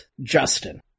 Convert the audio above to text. Justin